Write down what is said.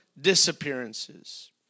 disappearances